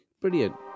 Brilliant